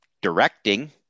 directing